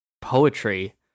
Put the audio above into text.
poetry